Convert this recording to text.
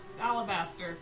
alabaster